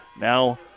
Now